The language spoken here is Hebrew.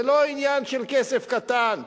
זה לא עניין של כסף קטן.